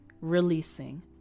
releasing